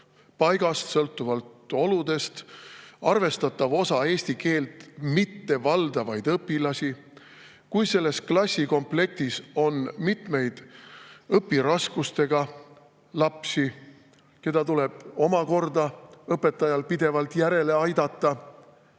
paigast, sõltuvalt oludest, arvestatav osa eesti keelt mittevaldavaid õpilasi, ja kui selles klassikomplektis on mitmeid õpiraskustega lapsi, keda tuleb õpetajal omakorda pidevalt järele aidata,